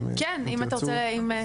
אם תרצו.